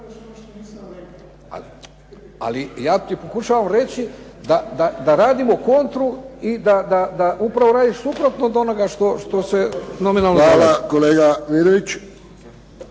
Ali ja ti pokušavam reći da radimo kontru i da upravo radiš suprotno od onoga što se nominalno …/Govornik